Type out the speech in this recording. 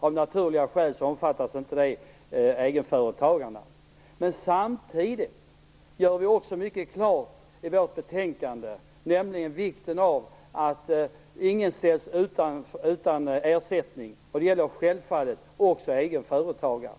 Av naturliga skäl omfattar de inte egenföretagarna. Samtidigt klargör vi i betänkandet vikten av att ingen ställs utan ersättning. Det gäller självfallet också egenföretagarna.